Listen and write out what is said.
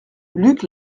luc